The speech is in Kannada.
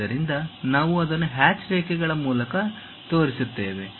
ಆದ್ದರಿಂದ ನಾವು ಅದನ್ನು ಹ್ಯಾಚ್ ರೇಖೆಗಳ ಮೂಲಕ ತೋರಿಸುತ್ತೇವೆ